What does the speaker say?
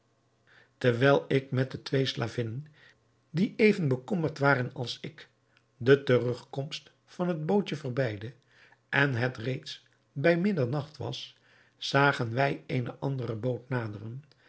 terwijl ik met de twee slavinnen die even bekommerd waren als ik de terugkomst van het bootje verbeidde en het reeds bij middernacht was zagen wij eene andere boot